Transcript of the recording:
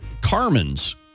Carmen's